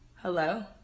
hello